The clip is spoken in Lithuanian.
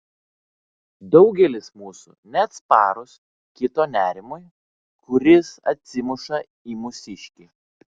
daugelis mūsų neatsparūs kito nerimui kuris atsimuša į mūsiškį